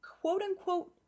quote-unquote